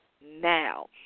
now